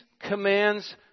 commands